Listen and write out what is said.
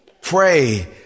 Pray